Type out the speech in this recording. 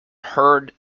heard